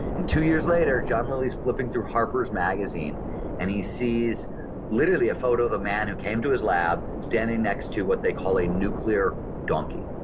and two years later, john lilly is flipping through harper's magazine magazine and he sees literally a photo of a man who came to his lab standing next to what they call a nuclear donkey.